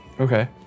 Okay